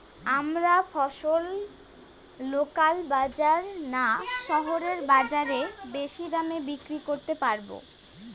আমরা ফসল লোকাল বাজার না শহরের বাজারে বেশি দামে বিক্রি করতে পারবো?